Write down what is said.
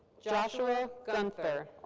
joshua gunther.